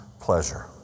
pleasure